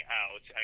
out